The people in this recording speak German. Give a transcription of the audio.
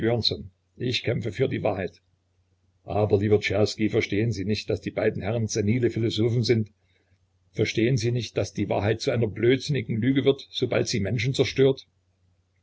ich kämpfe für die wahrheit aber lieber czerski verstehen sie nicht daß die beiden herren senile philosophen sind verstehen sie nicht daß die wahrheit zu einer blödsinnigen lüge wird sobald sie menschen zerstört